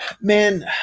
man